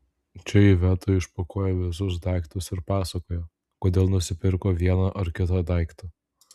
čia iveta išpakuoja visus daiktus ir pasakoja kodėl nusipirko vieną ar kitą daiktą